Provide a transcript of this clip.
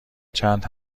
چند